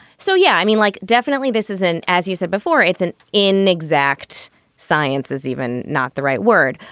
so. yeah. i mean like definitely this isn't as you said before, it's an inexact science is even not the right word.